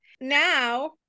Now